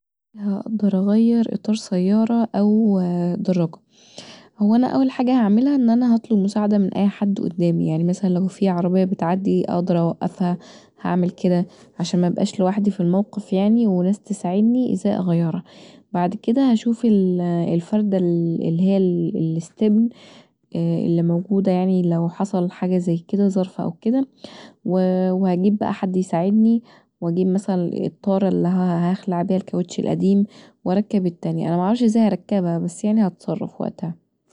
هقدر اغير اطار سيارة او دراجه هو أنا اول حاجه هعملها هو ان انا هطلب مساعده من أي حد قدامي يعني مثلا لو فيه عربيه بتعدي اقدر اوقفها هعمل كدا عشان مبقاش لوحدي في الموقف يعني وناس تساعدني ازاي اغيرها، بعد كدا هشوف الفرده اللي هي الاستبن اللي موجوده يعني لو حصل ظرف زي كدا وهجيب حد يساعدني واجيب مثلا الطاره اللي هخلع بيها الكاوتش القدبم واركب التانيه انا معرفش لزاي اركبها بس يعني هتصرف وقتها